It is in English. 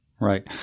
right